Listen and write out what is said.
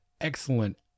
excellent